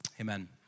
amen